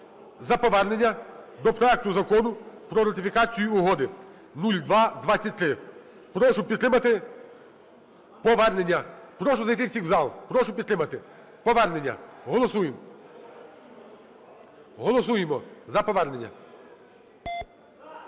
за повернення до проекту Закону про ратифікацію угоди (0223). Прошу підтримати повернення. Прошу зайти усіх в зал. Прошу підтримати, повернення. Голосуємо. Голосуємо за повернення.